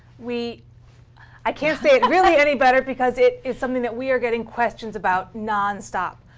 we i can't say it really any better, because it is something that we are getting questions about nonstop.